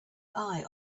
eye